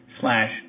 slash